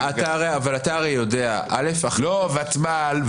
לא ותמ"ל,